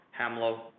Hamlo